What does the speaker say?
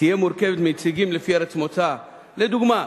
תהיה מורכבת מנציגים לפי ארץ מוצא, לדוגמה: